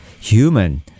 human